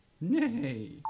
nay